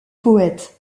poète